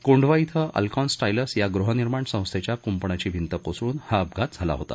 कोंढवा इथं Alcon Stylus या गृहनिर्माण संस्थेच्या क्पणाची भिंत कोसळून हा अपघात झाला होता